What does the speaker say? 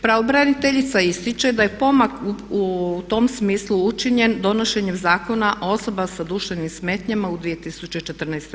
Pravobraniteljica ističe da je pomak u tom smislu učinjen donošenjem Zakona o osobama sa duševnim smetnjama u 2014.